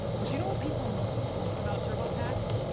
but you know what people love most about turbotax?